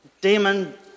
demon